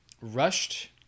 rushed